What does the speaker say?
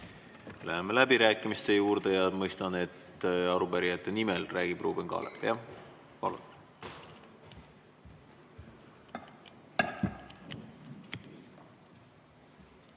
Läheme läbirääkimiste juurde. Mõistan, et arupärijate nimel räägib Ruuben Kaalep,